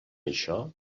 això